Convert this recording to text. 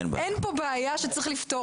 אין פה בעיה שצריך לפתור.